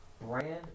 brand